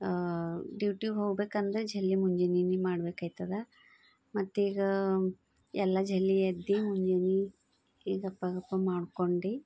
ಡ್ಯುಟಿಗೆ ಹೋಗ್ಬೇಕೆಂದ್ರೆ ಜಲ್ದಿ ಮುಂಜಾನೆನೇ ಮಾಡ್ಬೇಕಾಯ್ತದ ಮತ್ತೀಗ ಎಲ್ಲ ಜಲ್ದಿ ಎದ್ದು ಮುಂಜಾನೆ ಈಗಪ್ಪ ಆಗಪ್ಪ ಮಾಡ್ಕೊಂಡು